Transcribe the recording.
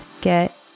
get